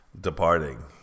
departing